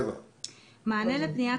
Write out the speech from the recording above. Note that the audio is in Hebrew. "7.מענה לפנייה,